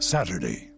Saturday